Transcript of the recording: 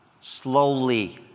Slowly